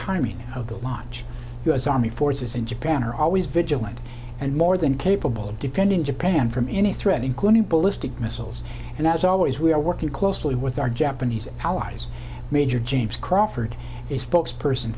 timing of the launch u s army forces in japan are always vigilant and more than capable of defending japan from any threat including ballistic missiles and as always we are working closely with our japanese allies major james crawford a spokes person